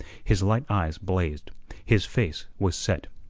his light eyes blazed his face was set.